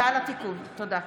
איימן עודה,